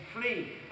Flee